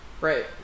right